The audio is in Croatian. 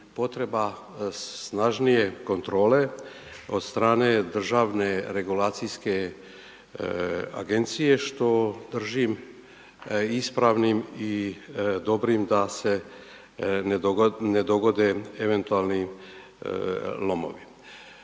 potreba snažnije kontrole od strane Državne regulacijske agencije što držim ispravnim i dobrim da se ne dogode eventualni lomovi.